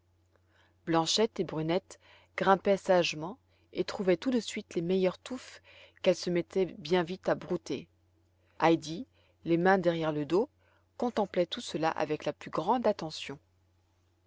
blanchette et brunette grimpaient sagement et trouvaient tout de suite les meilleures touffes qu'elles se mettaient bien vite à brouter heidi les mains derrière le dos contemplait tout cela avec la plus grande attention